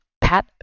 Pat